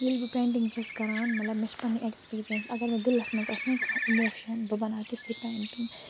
ییٚلہِ بہٕ پینٹِنٛگ چھَس کَران مَطلَب مےٚ چھِ پَنٕنۍ ایٚکسپیٖریَنس اگر مےٚ دِلَس مَنٛز آسہِ نہَ کانٛہہ اِموشَن بہٕ بناوٕ تِژھے پینٹِنٛگ